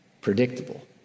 predictable